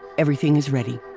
everything is ready.